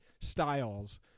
styles